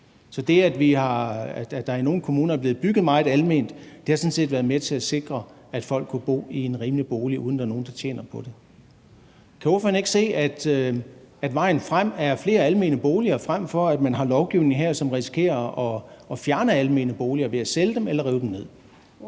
Så det, at der i nogle kommuner er blevet bygget mange almene boliger, har sådan set været med til at sikre, at folk kunne bo i en rimelig bolig, uden at der er nogen, der tjener på det. Kan ordføreren ikke se, at vejen frem er flere almene boliger, frem for at man har lovgivning her, hvor man risikerer at fjerne almene boliger ved at sælge dem eller rive dem ned?